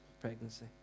pregnancy